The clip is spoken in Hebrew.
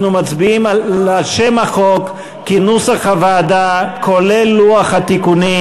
אנחנו מצביעים על שם החוק כנוסח הוועדה כולל לוח התיקונים.